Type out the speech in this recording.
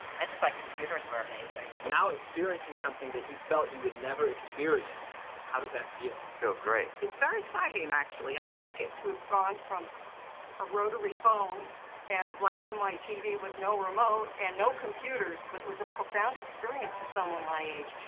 i just thought like computers were amazing. now experiencing something that you felt you would never experience, how does that feel? it feels great. it's very exciting actually. i like it. to have gone from a rotary phone and a black-and-white tv with no remote and no computers, it was a profound experience for someone my age.